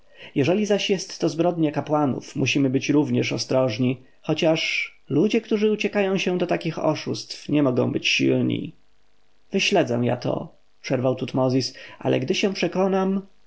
jeżeli zaś jest to zbrodnia kapłanów musimy być również ostrożni chociaż ludzie którzy uciekają się do takich oszustw nie mogą być silni wyśledzę ja to przerwał tutmozis ale gdy się przekonam